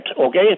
okay